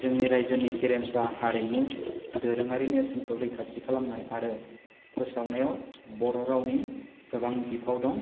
जोंनि रायजोनि गेरेमसा हारिमु दोरोङारि नेरसोनखौ रैखाथि खालामनाय आरो फोसावनायाव बर' रावनि गोबां बिफाव दं